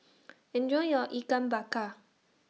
Enjoy your Ikan Bakar